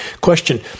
Question